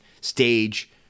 stage